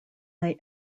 they